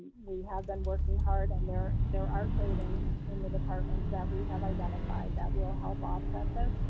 we have been working hard and there there are savings in the departments that we have identified that will help offset this.